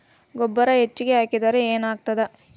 ಗೊಬ್ಬರ ಹೆಚ್ಚಿಗೆ ಹಾಕಿದರೆ ಏನಾಗ್ತದ?